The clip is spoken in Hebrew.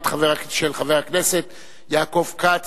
של חבר הכנסת יעקב כץ,